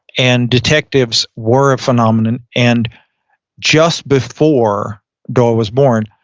and detectives were a phenomenon. and just before doyle was born,